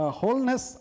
wholeness